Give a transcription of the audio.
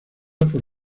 por